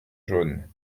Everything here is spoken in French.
jaunes